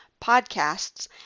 podcasts